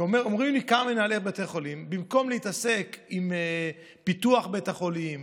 ואומרים לי כמה מנהלי בתי חולים: במקום להתעסק עם פיתוח בית החולים,